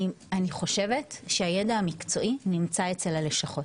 אני חושבת שהידע המקצועי נמצא אצל הלשכות.